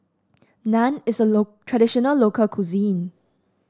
naan is a traditional local cuisine